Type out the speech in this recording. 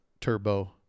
Turbo